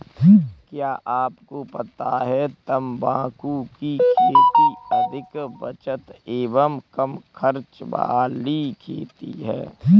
क्या आपको पता है तम्बाकू की खेती अधिक बचत एवं कम खर्च वाली खेती है?